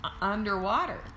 underwater